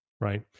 right